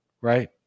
right